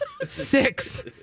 Six